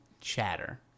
chatter